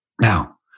Now